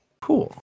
Cool